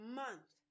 month